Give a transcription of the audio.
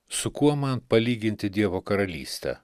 su kuo man palyginti dievo karalystę